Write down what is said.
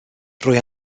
rwy